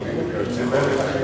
ערבים וכיוצא באלה,